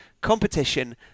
competition